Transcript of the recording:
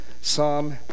Psalm